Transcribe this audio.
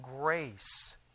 grace